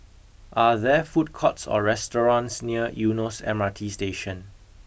are there food courts or restaurants near Eunos M R T Station